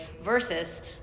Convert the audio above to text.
versus